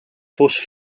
fausses